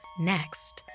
Next